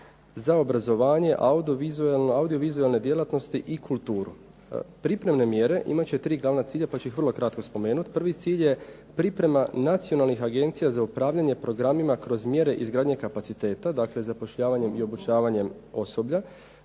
za obrazovanje, audio-vizualne djelatnosti i kulturu. Pripremne mjere imat će tri glavna cilja, pa će ih vrlo kratko spomenuti. Prvi cilj je priprema nacionalnih agencija za upravljanje programima kroz mjere izgradnje kapaciteta znači zapošljavanjem i obučavanjem osoblja.